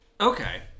okay